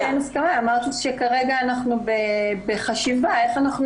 חושבת שאת שלושת הנושאים האלה תוכלו לפתור בשבועיים הבאים?